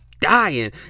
dying